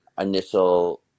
initial